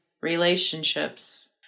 relationships